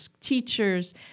teachers